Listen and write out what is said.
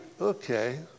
okay